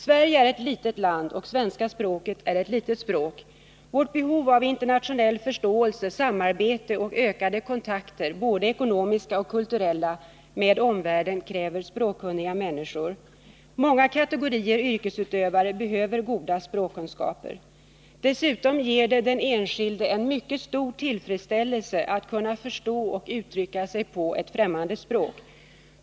Sverige är ett litet land och svenska språket är ett litet språk. Vårt behov av internationell förståelse, samarbete och ökade kontakter — både ekonomiska och kulturella — med omvärlden kräver språkkunniga människor. Många kategorier yrkesutövare behöver goda språkkunskaper. Dessutom ger det den enskilde en mycket stor tillfredsställelse att kunna förstå och uttrycka sig på främmande språk.